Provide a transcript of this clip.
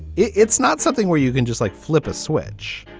it's not something where you can just like flip a switch.